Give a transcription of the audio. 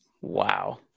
wow